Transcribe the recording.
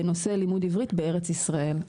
בנושא לימוד עברית בארץ ישראל,